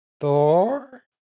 Thor